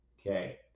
Okay